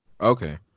Okay